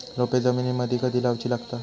रोपे जमिनीमदि कधी लाऊची लागता?